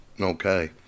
Okay